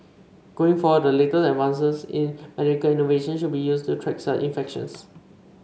going forward the latest advances in medical innovation should be used to track such infections